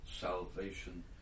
Salvation